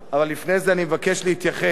אבל לפני זה אני מבקש להתייחס